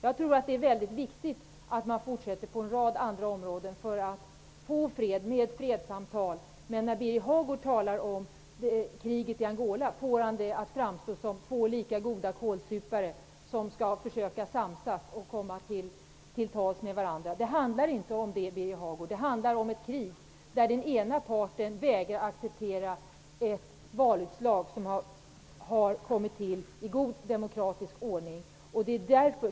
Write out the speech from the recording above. Jag tror att det är viktigt att man fortsätter med fredssamtal på en rad andra områden, men när Birger Hagård talar om kriget i Angola får han det att framstå som att båda parterna är lika goda kålsupare, som skall försöka samsas och komma till tals med varandra. Det handlar inte om det, Birger Hagård. Det handlar om ett krig där den ena parten vägrar att acceptera ett valutslag som har kommit till stånd i god demokratisk ordning.